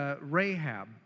Rahab